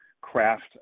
craft